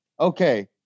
Okay